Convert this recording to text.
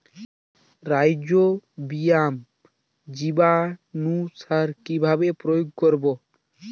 Rhizobium জীবানুসার কিভাবে প্রয়োগ করব?